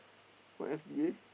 from S P A